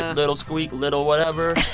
ah little squeak little whatever.